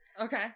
Okay